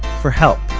for help